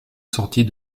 sortie